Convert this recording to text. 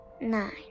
Nine